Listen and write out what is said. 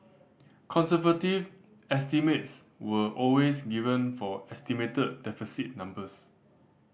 conservative estimates were always given for estimated deficit numbers